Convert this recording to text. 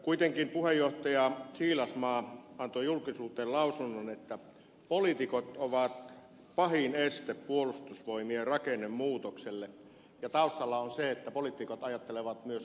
kuitenkin puheenjohtaja siilasmaa antoi julkisuuteen lausunnon että poliitikot ovat pahin este puolustusvoimien rakennemuutokselle ja taustalla on se että poliitikot ajattelevat myös aluepoliittisesti